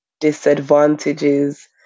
disadvantages